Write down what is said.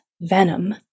venom